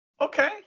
okay